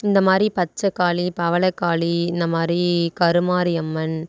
இந்தமாதிரி பச்சைக்காளி பவளக்காளி இந்தமாதிரி கருமாரி அம்மன்